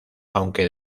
aunque